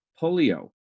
polio